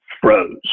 froze